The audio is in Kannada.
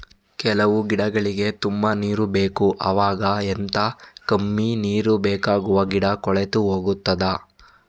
ಕೆಲವು ಗಿಡಗಳಿಗೆ ತುಂಬಾ ನೀರು ಬೇಕು ಅವಾಗ ಎಂತ, ಕಮ್ಮಿ ನೀರು ಬೇಕಾಗುವ ಗಿಡ ಕೊಳೆತು ಹೋಗುತ್ತದಾ?